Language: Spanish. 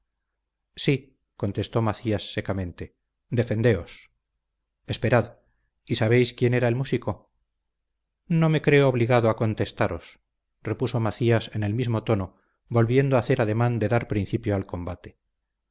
sí contestó macías secamente defendeos esperad y sabéis quién era el músico no me creo obligado a contestaros repuso macías en el mismo tono volviendo a hacer ademán de dar principio al combate